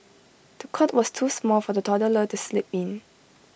the cot was too small for the toddler to sleep in